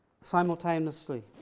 simultaneously